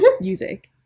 music